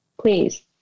please